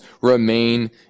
remain